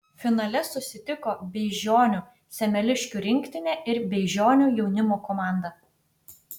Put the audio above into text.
finale susitiko beižionių semeliškių rinktinė ir beižionių jaunimo komanda